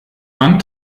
man